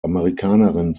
amerikanerin